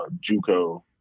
juco